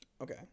Okay